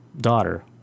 daughter